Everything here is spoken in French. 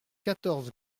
quatorze